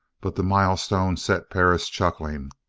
but the milestone set perris chuckling.